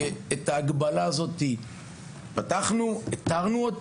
שאת ההגבלה הזו פתחנו והסרנו,